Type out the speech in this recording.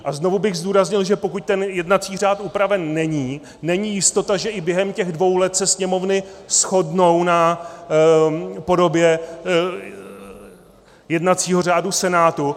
A znovu bych zdůraznil, že pokud ten jednací řád upraven není, není jistota, že i během těch dvou let se sněmovny shodnou na podobě jednacího řádu Senátu.